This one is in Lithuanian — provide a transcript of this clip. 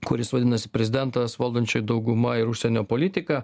kuris vadinasi prezidentas valdančioji dauguma ir užsienio politika